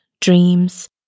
dreams